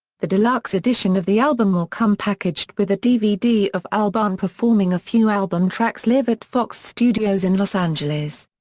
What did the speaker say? the deluxe edition of the album will come packaged with a dvd of albarn performing a few album tracks live at fox studios in los angeles.